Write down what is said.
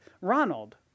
Ronald